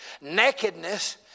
Nakedness